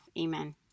Amen